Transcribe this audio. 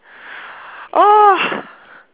oh